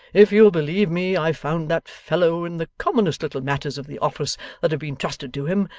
if you'll believe me i've found that fellow, in the commonest little matters of the office that have been trusted to him,